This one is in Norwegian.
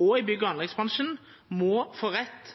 og i bygg- og anleggsbransjen, må få rett